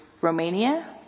Romania